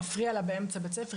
מפריע לה באמצע בית ספר,